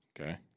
Okay